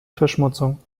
verschmutzung